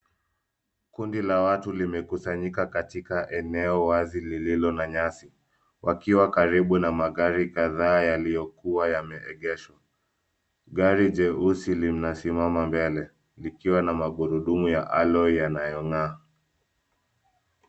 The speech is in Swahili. Kundi la watu limekusanyika katika eneo wazi lililo na nyasi wakiwa karibu na magari kadhaa yaliyokuwa yameegeshwa. Gari jeusi linasimama mbele likiwa na magurudumu ya alloy yanayong'aa.